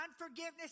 unforgiveness